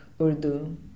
Urdu